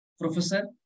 Professor